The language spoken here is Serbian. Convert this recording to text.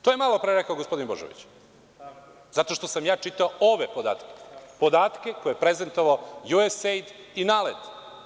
To je malopre rekao gospodin Božović zato što sam ja čitao ove podatke, podatke koje je prezentovao USAID i NALED.